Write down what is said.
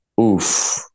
Oof